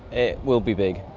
it will be big.